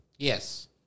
Yes